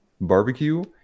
barbecue